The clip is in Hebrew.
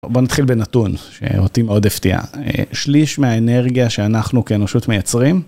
בוא נתחיל בנתון, שאותי מאוד הפתיע, שליש מהאנרגיה שאנחנו כאנושות מייצרים.